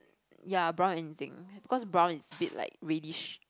ya brown anything because brown is a bit like reddish